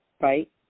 right